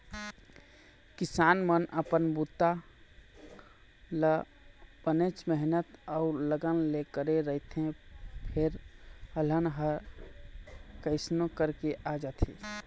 किसान मन अपन बूता ल बनेच मेहनत अउ लगन ले करे रहिथे फेर अलहन ह कइसनो करके आ जाथे